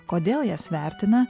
kodėl jas vertina